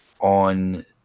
on